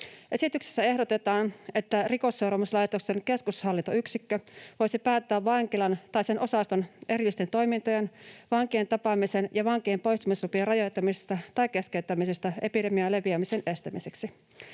Esityksessä ehdotetaan, että Rikosseuraamuslaitoksen keskushallintoyksikkö voisi päättää vankilan tai sen osaston erillisten toimintojen, vankien tapaamisen ja vankien poistumislupien rajoittamisesta tai keskeyttämisestä epidemian leviämisen estämiseksi.